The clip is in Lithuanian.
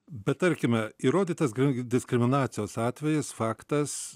bet tarkime įrodytas gri diskriminacijos atvejis faktas